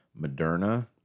Moderna